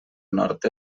nord